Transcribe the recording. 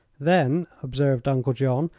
then, observed uncle john,